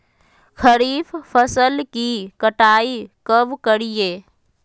खरीफ फसल की कटाई कब करिये?